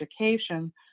education